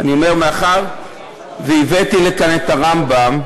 אני אומר, מאחר שהבאתי לכאן את הרמב"ם,